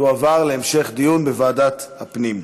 תועבר להמשך דיון בוועדת הפנים.